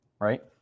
right